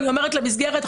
אני אומרת למסגרת,